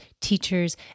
teachers